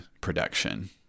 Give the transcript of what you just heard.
production